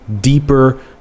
deeper